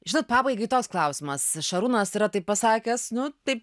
žinot pabaigai toks klausimas šarūnas yra taip pasakęs nu taip